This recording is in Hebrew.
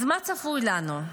אז מה צפוי לנו?